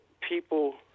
people